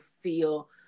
feel